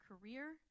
career